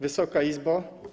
Wysoka Izbo!